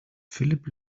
philipp